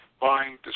buying